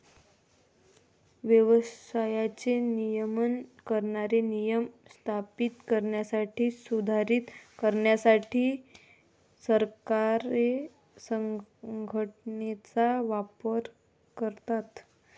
व्यवसायाचे नियमन करणारे नियम स्थापित करण्यासाठी, सुधारित करण्यासाठी सरकारे संघटनेचा वापर करतात